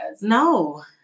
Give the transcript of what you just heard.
No